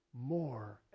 More